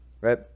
right